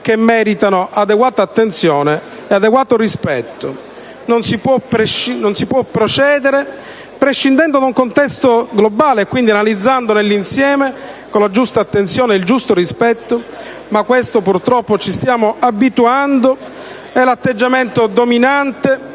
che meritano adeguata attenzione e adeguato rispetto. Non si può procedere prescindendo da un contesto globale, senza quindi analizzare l'insieme con la giusta attenzione e con il giusto rispetto. Ma questo - purtroppo, ci stiamo abituando - è l'atteggiamento dominante